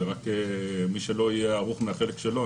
זה רק מי שלא יהיה ערוך בחלק שלו,